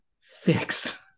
fixed